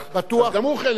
ומשרד הבריאות בוודאי.